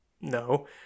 no